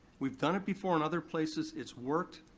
we've done it before in other places, it's worked,